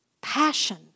passion